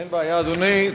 אין בעיה, אדוני.